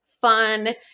fun